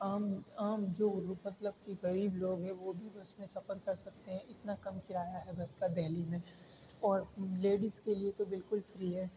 عام عام جو مطلب کہ غریب لوگ ہیں وہ بھی بس میں سفر کر سکتے ہیں اتنا کم کرایہ ہے بس کا دہلی میں اور لیڈس کے لئے تو بالکل فری ہے